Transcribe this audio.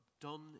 done